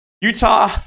Utah